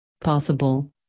possible